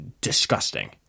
disgusting